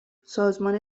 سازمان